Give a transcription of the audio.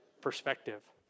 perspective